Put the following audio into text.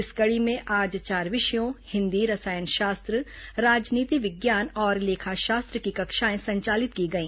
इस कड़ी में आज चार विषयों हिन्दी रसायन शास्त्र राजनीति विज्ञान और लेखाशास्त्र की कक्षाएं संचालित की गई